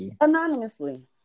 anonymously